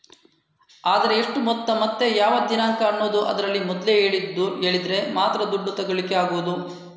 ಆದ್ರೆ ಎಷ್ಟು ಮೊತ್ತ ಮತ್ತೆ ಯಾವ ದಿನಾಂಕ ಅನ್ನುದು ಅದ್ರಲ್ಲಿ ಮೊದ್ಲೇ ಹೇಳಿದ್ರೆ ಮಾತ್ರ ದುಡ್ಡು ತೆಗೀಲಿಕ್ಕೆ ಆಗುದು